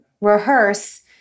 rehearse